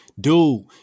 Dude